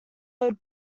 load